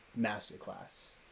masterclass